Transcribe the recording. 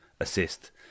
assist